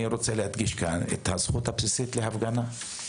אני רוצה להדגיש כאן את הזכות הבסיסית להפגנה.